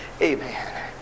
Amen